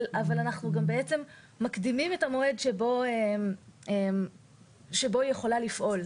אבל אנחנו גם בעצם מקדימים את המועד שבו היא יכולה לפעול.